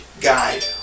guide